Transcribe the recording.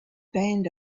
band